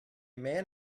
man